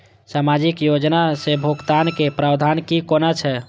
सामाजिक योजना से भुगतान के प्रावधान की कोना छै?